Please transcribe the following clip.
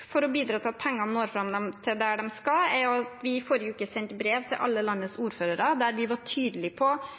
for å bidra til at pengene når fram dit de skal, er at vi i forrige uke sendte brev til alle landets ordførere der vi var tydelige på